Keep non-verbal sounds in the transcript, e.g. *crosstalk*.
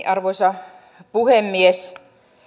*unintelligible* arvoisa puhemies